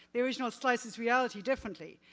the original slices reality differently.